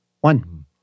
One